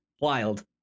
wild